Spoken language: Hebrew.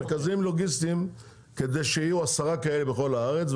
מרכזים לוגיסטיים כדי שיהיו עשרה כאלה בכל הארץ,